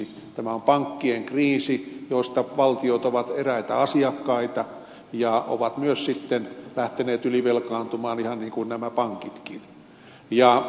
tämä on pankkien kriisi jossa valtiot ovat eräitä asiakkaita ja ovat myös sitten lähteneet ylivelkaantumaan ihan niin kuin nämä pankitkin